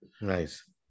Nice